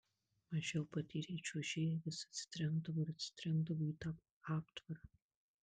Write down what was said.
mažiau patyrę čiuožėjai vis atsitrenkdavo ir atsitrenkdavo į tą aptvarą